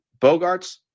Bogarts